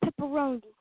pepperoni